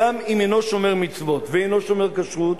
גם אם אינו שומר מצוות ואינו שומר כשרות,